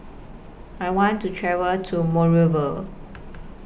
I want to travel to Monrovia